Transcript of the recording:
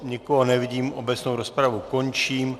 Nikoho nevidím, obecnou rozpravu končím.